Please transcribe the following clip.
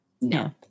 no